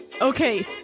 Okay